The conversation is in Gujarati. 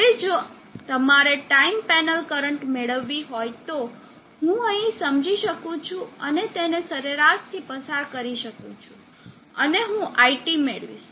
હવે જો તમારે ટાઇમ પેનલ કરંટ મેળવવો હોય તો હું અહીં સમજી શકું છું અને તેને સરેરાશથી પસાર કરી શકું છું અને હું iT મેળવીશ